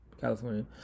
California